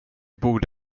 borde